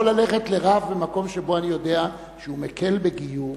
יכול ללכת לרב במקום שבו אני יודע שהוא מקל בגיור,